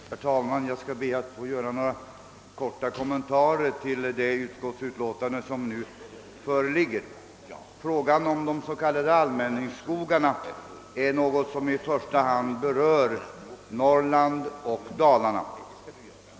Herr talman! Jag skall be att få göra några korta kommentarer till det nu föreliggande utskottsutlåtandet. Frågan om de s.k. allmänningsskogarna är något som i första hand berör Norrland och Dalarna.